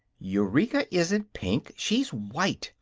eureka isn't pink she's white.